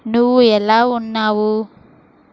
నువ్వు ఎలా ఉన్నావు